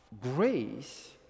grace